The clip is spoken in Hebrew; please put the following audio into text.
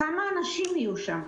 כמה אנשים יהיו שם?